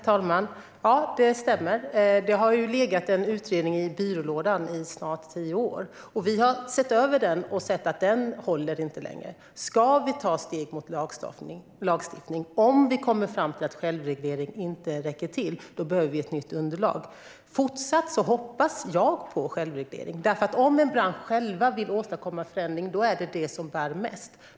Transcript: Herr talman! Det stämmer. Det har legat en utredning i byrålådan i snart tio år. Vi har sett över den och konstaterat att den inte längre håller. Om vi ska ta steg mot lagstiftning - om vi kommer fram till att självreglering inte räcker till - behöver vi ett nytt underlag. Jag hoppas fortsatt på självreglering, för om en bransch själv vill åstadkomma förändring är det vad som bär mest.